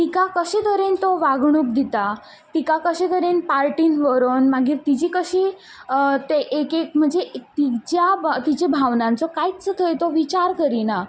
तिका कशे तरेन तो वागणूक दिता तिका कशे तरेन पार्टीन व्हरोन मागीर तिजी कशी ते एक म्हणजे तिज्या तिज्या भावनांचें कांयच थंय तो विचार करिना